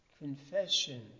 confession